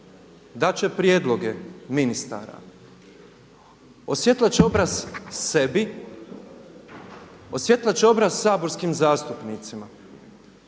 dat će prijedloge ministara. Osvjetlat će obraz sebi, osvjetlat će obraz saborskim zastupnicima,